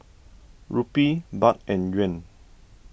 Rupee Baht and Yuan